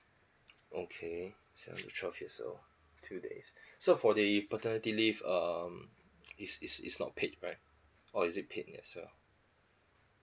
okay seven to twelve years old few days so for the paternity leave um it's it's it's not paid right or is it paid as well